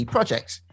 Projects